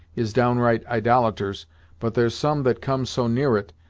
is downright idolators but there's some that come so near it,